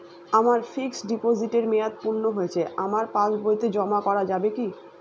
আমার ফিক্সট ডিপোজিটের মেয়াদ পূর্ণ হয়েছে আমার পাস বইতে জমা করা যাবে কি?